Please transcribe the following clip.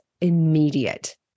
immediate